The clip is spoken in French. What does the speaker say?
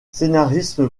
scénariste